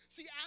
See